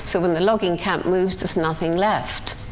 so, when the logging camp moves, there's nothing left.